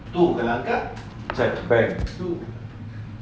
check bank